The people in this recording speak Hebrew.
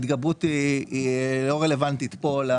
בחוק התקציב לאותה שנה ייקבע תקציב התאמות ששיעורו